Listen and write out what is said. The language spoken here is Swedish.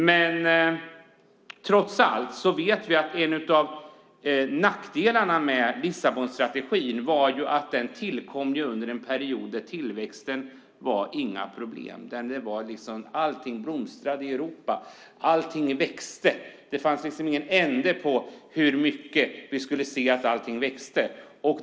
Men trots allt var, som vi vet, en av nackdelarna med Lissabonstrategin att den tillkom under en period då det inte var några problem med tillväxten. Allting liksom blomstrade i Europa. Allting växte. Det fanns ingen ände på hur mycket vi skulle få se att allting växte.